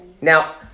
now